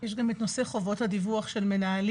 יש גם את נושא חובות הדיווח של מנהלים.